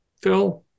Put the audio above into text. Phil